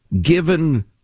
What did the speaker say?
given